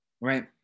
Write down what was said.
right